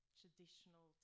traditional